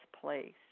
place